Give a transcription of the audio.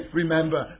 remember